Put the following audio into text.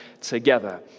together